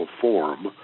form